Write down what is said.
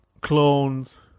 clones